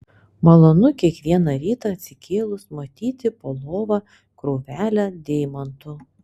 malonu kiekvieną rytą atsikėlus matyti po lova krūvelę deimantų